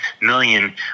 million